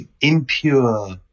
impure